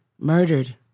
murdered